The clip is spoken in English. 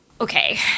okay